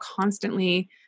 constantly